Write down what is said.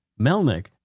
Melnick